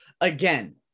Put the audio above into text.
again